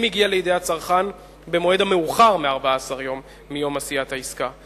אם הגיע לידי הצרכן במועד המאוחר מ-14 יום מיום עשיית העסקה.